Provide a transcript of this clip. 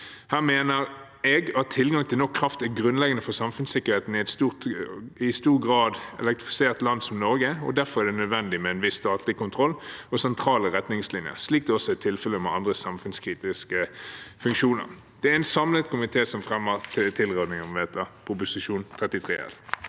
Her mener jeg at tilgang til nok kraft er grunnleggende for samfunnssikkerheten i et i stor grad elektrifisert land som Norge, og derfor er det nødvendig med en viss statlig kontroll og sentrale retningslinjer, slik tilfellet også er med andre samfunnskritiske funksjoner. Det er en samlet komité som fremmer tilrådingen om å vedta endringene